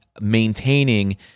maintaining